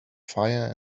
fire